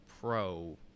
pro